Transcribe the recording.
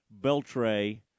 Beltray